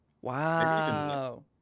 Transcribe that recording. Wow